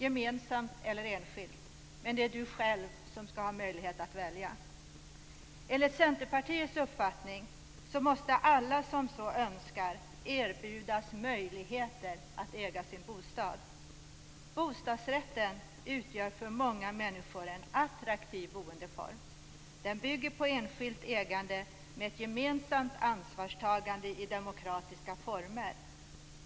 Gemensamt eller enskilt? Det är du själv som skall ha möjlighet att välja. Enligt Centerpartiets uppfattning måste alla som så önskar erbjudas möjligheter att äga sin bostad. Bostadsrätten utgör för många människor en attraktiv boendeform. Den bygger på enskilt ägande med ett gemensamt ansvarstagande i demokratiska former.